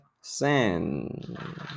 sand